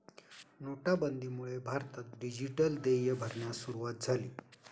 नोटाबंदीमुळे भारतात डिजिटल देय भरण्यास सुरूवात झाली